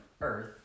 earth